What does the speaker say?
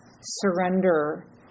surrender